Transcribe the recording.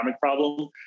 problem